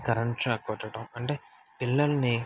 current shock కొట్టడం అంటే పిల్లల్ని